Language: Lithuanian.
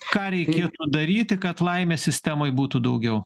ką reikėtų daryti kad laimės sistemoj būtų daugiau